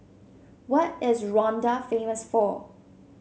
what is Rwanda famous for